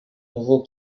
nouveau